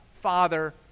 Father